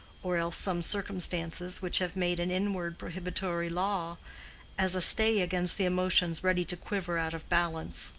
or else some circumstances which have made an inward prohibitory law as a stay against the emotions ready to quiver out of balance.